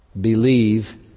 Believe